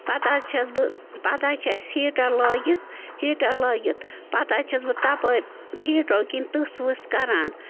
پتہٕ حظ چھَس بہٕ پتہٕ حظ چھِ اَسہِ ہیٖٹر لٲگِتھ ہیٖٹر لٲگِتھ پتہٕ حظ چھَس بہٕ تَپٲرۍ ہیٖٹرو کِنۍ تٕژھ وٕژھ کَران